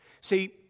See